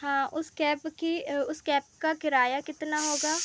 हाँ उस कैब की उस कैब का किराया कितना होगा